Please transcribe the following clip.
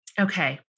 Okay